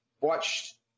Watched